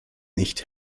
nicht